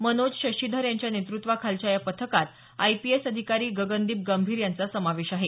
मनोज शशिधर यांच्या नेतुत्वाखालच्या या पथकात आयपीएस अधिकारी गगनदीप गंभीर यांचा समावेश आहे